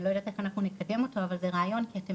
אני לא יודעת איך אנחנו נקדם אותו אבל זה רעיון כי אתם